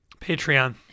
Patreon